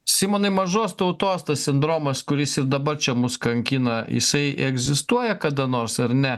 simonai mažos tautos tas sindromas kuris ir dabar čia mus kankina jisai egzistuoja kada nors ar ne